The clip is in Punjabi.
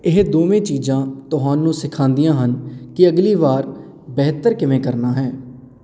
ਇਹ ਦੋਵੇਂ ਚੀਜ਼ਾਂ ਤੁਹਾਨੂੰ ਸਿਖਾਉਂਦੀਆਂ ਹਨ ਕਿ ਅਗਲੀ ਵਾਰ ਬਿਹਤਰ ਕਿਵੇਂ ਕਰਨਾ ਹੈ